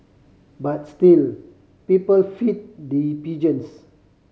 but still people feed the pigeons